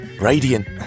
Radiant